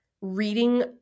reading